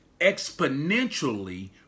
exponentially